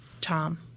Tom